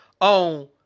on